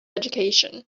education